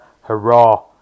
hurrah